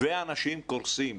והאנשים קורסים.